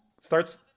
Starts